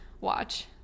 watch